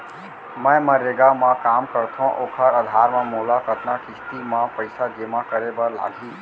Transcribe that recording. मैं मनरेगा म काम करथो, ओखर आधार म मोला कतना किस्ती म पइसा जेमा करे बर लागही?